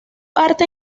arte